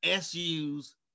su's